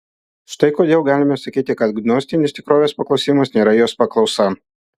štai kodėl galime sakyti kad gnostinis tikrovės paklausimas nėra jos paklausa